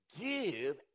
give